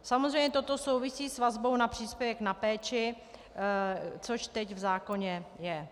Samozřejmě toto souvisí s vazbou na příspěvek na péči, což teď v zákoně je.